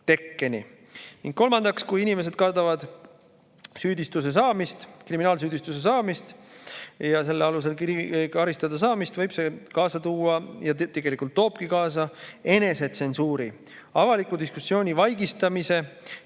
tekkeni. Ning kolmandaks, kui inimesed kardavad kriminaalsüüdistuse saamist, selle alusel karistada saamist, võib see kaasa tuua – ja tegelikult toobki – enesetsensuuri, avaliku diskussiooni vaigistamise